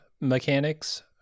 mechanics